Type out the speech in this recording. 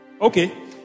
Okay